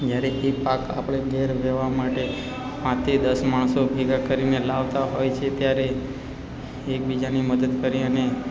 જ્યારે એ પાક આપણે ઘરે લેવા માટે પાંચથી દસ માણસો ભેગા કરીને લાવતા હોય છે ત્યારે એકબીજાની મદદ કરી અને